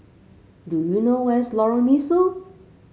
do you know where's Lorong Mesu